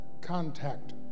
contact